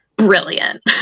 Brilliant